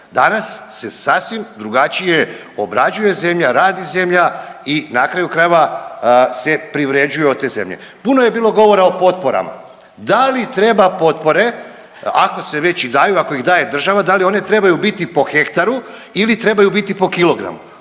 Danas se sasvim drugačije obrađuje zemlja, radi zemlja i na kraju krajeva se privređuje od te zemlje. Puno je bilo govora o potporama. Da li treba potpore ako se već i daju, ako ih daje država da li one trebaju biti po hektaru ili trebaju biti po kilogramu.